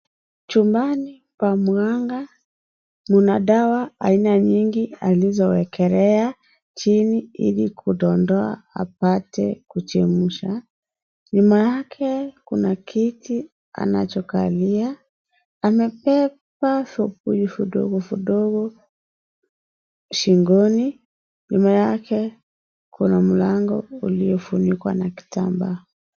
Chumbani pa mganga mna dawa aina nyingi alizowekelea chini ili kudondoa apate kuchemsha. Nyuma yake kuna kiti anachokalia. Amebeba vubuyu vudogo vudogo shingoni. Nyuma yake kuna mlango uliofunikwa na kitamba.